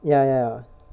ya ya